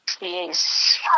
Yes